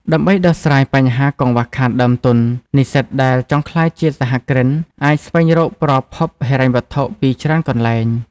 ដើម្បីដោះស្រាយបញ្ហាកង្វះខាតដើមទុន និស្សិតដែលចង់ក្លាយជាសហគ្រិនអាចស្វែងរកប្រភពហិរញ្ញវត្ថុពីច្រើនកន្លែង។